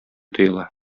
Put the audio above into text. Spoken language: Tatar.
тоела